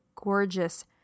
gorgeous